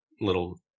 little